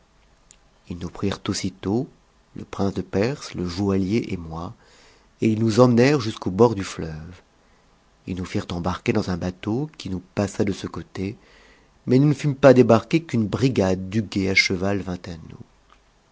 ils nous prirent aussitôt le prince de perse le joaillier et moi et ils nous amenèrent jusqu'au bord du fleuve ils nous firent embarquer dans un ba'eau qui nous passa de ce côte mais nous ne filmes pas débarqués qu'une igade du guet à cheval vint à nous